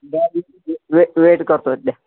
वे wait करतो द्या